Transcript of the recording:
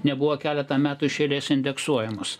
nebuvo keletą metų iš eilės indeksuojamos